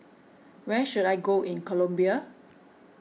where should I go in Colombia